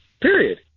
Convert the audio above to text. period